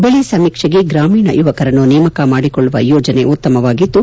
ಬೆಳೆ ಸಮೀಕ್ಷೆಗೆ ಗ್ರಾಮೀಣ ಯುವಕರನ್ನು ನೇಮಕ ಮಾಡಿಕೊಳ್ಳುವ ಯೋಜನೆ ಉತ್ತಮವಾಗಿದ್ದು